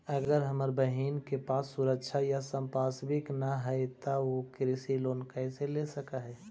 अगर हमर बहिन के पास सुरक्षा या संपार्श्विक ना हई त उ कृषि लोन कईसे ले सक हई?